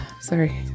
Sorry